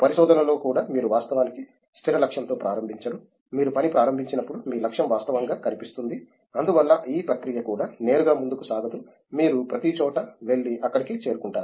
పరిశోధనలో కూడా మీరు వాస్తవానికి స్థిర లక్ష్యంతో ప్రారంభించరు మీరు పని ప్రారంభించినప్పుడు మీ లక్ష్యం వాస్తవంగా కనిపిస్తుంది అందువల్ల ఈ ప్రక్రియ కూడా నేరుగా ముందుకు సాగదు మీరు ప్రతిచోటా వెళ్లి అక్కడికి చేరుకుంటారు